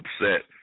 upset